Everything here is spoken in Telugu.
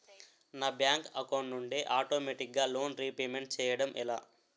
నా బ్యాంక్ అకౌంట్ నుండి ఆటోమేటిగ్గా లోన్ రీపేమెంట్ చేయడం ఎలా?